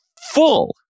full